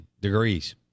degrees